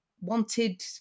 wanted